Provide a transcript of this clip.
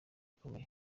akomeye